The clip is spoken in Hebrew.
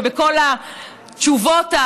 ובכל התשובות,